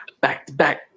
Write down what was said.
Back-to-back